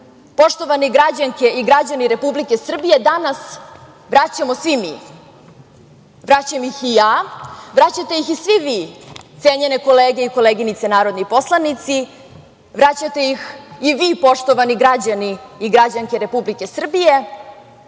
poštovane građanke i građani Republike Srbije, danas vraćamo svi mi. Vraćam ih i ja, vraćate ih i svi vi, cenjene kolege i koleginice narodni poslanici, vraćate ih i vi, poštovani građani i građanke Republike Srbije,